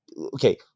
okay